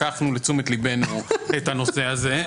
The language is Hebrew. לקחנו לתשומת ליבנו את הנושא הזה.